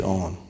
on